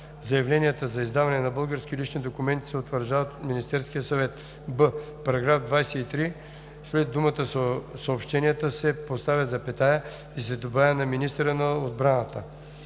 заявленията за издаване на български лични документи се утвърждават от Министерския съвет.“; б) в § 23 след думата „съобщенията“ се поставя запетая и се добавя „на министъра на отбраната“.